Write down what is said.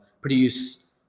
produce